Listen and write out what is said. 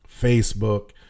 Facebook